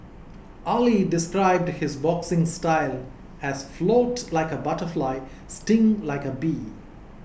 Auley described his boxing style as float like a butterfly sting like a bee